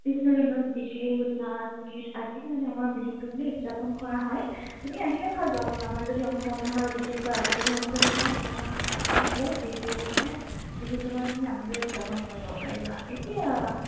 বিভিন্ন ধৰণৰ বিহু নাচ গীত আদি মানে আমাৰ বিহুটো মানে উদযাপন কৰা হয় তুমি আহিলে ভাল পাবা আমাৰ যদি অসমত আহা আৰু বিশেষকৈ আমাৰ যদি অঞ্চলত আহা তোমাক আৰু বহুত বিহুৰ মানে বিহুটো মানে তুমি আনন্দৰে উদযাপন কৰিব পাৰিবা এতিয়া